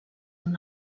amb